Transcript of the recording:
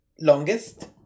longest